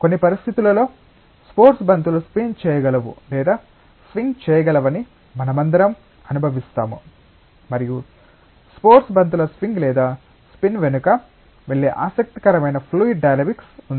కొన్ని పరిస్థితులలో స్పోర్ట్స్ బంతులు స్పిన్ చేయగలవు లేదా స్వింగ్ చేయగలవని మనమందరం అనుభవిస్తాము మరియు స్పోర్ట్స్ బంతుల స్వింగ్ లేదా స్పిన్ వెనుక వెళ్ళే ఆసక్తికరమైన ఫ్లూయిడ్ డైనమిక్స్ ఉంది